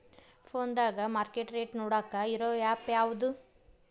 ಫೋನದಾಗ market rate ನೋಡಾಕ್ ಇರು ಆ್ಯಪ್ ಯಾವದು?